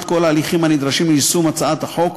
כל ההליכים הנדרשים ליישום הצעת החוק,